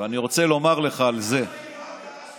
ואני רוצה לומר לך על זה, לא, מדינת כל אזרחיה.